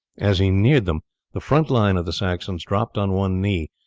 as he neared them the front line of the saxons dropped on one knee,